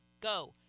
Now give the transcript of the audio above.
go